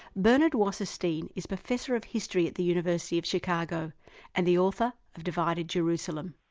bernard wasserstein is professor of history at the university of chicago and the author of divided jerusalem.